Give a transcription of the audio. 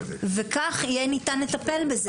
וכך יהיה ניתן לטפל בזה.